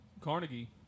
Carnegie